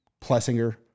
Plessinger